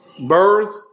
birth